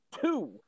two